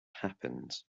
happens